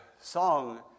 song